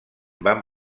van